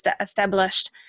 established